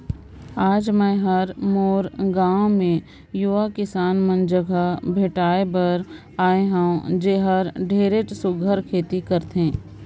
आज मैं हर मोर गांव मे यूवा किसान मन जघा भेंटाय बर आये हंव जेहर ढेरेच सुग्घर खेती करथे